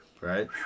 Right